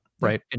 right